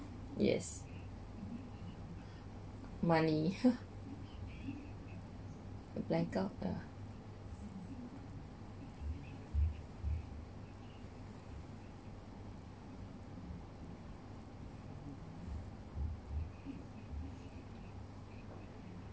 yes money bankrupt ya